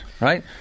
right